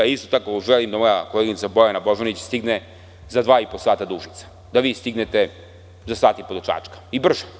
Isto tako želim da moja koleginica Bojana Božanić stigne za dva i po sata do Užica, da vi stignete za sat i po do Čačka i brže.